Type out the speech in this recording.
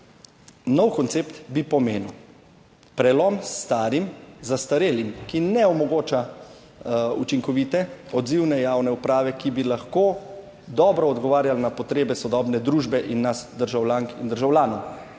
Nov koncept bi pomenil prelom s starim, zastarelim, ki ne omogoča učinkovite, odzivne javne uprave, ki bi lahko dobro odgovarjala na potrebe sodobne družbe in nas državljank in državljanov.